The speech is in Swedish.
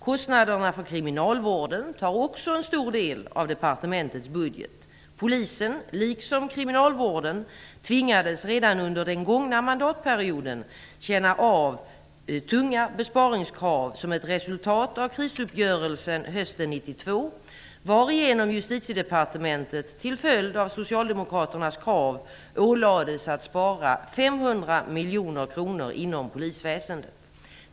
Kostnaderna för kriminalvården upptar också en stor del av departementets budget. Polisen, liksom kriminalvården, tvingades redan under den gångna mandatperioden känna av tunga besparingskrav som ett resultat av krisuppgörelsen hösten 1992, varigenom Justitiedepartementet - till följd av Socialdemokraternas krav - ålades att spara 500 miljoner kronor inom polisväsendet.